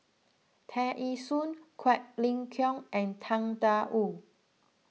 Tear Ee Soon Quek Ling Kiong and Tang Da Wu